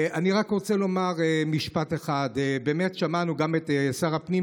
אני רק רוצה לומר משפט אחד: באמת שמענו גם את שר הפנים,